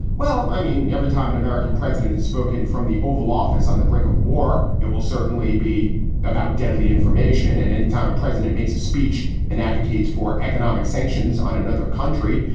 well, i mean, every time an american president has spoken from the oval office on the brink of war, it will certainly be about deadly information. and anytime a president makes a speech and advocates for economic sanctions on another country,